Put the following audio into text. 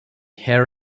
hair